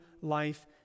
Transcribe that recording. life